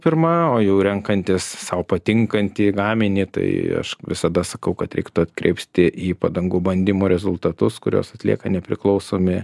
pirma o jau renkantis sau patinkantį gaminį tai aš visada sakau kad reiktų atkreipti į padangų bandymų rezultatus kuriuos atlieka nepriklausomi